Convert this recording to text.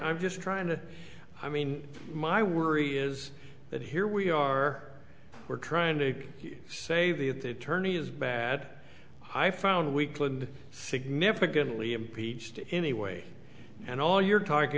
i'm just trying to i mean my worry is that here we are we're trying to save the of the attorney is bad i found weakland significantly impeached anyway and all you're talking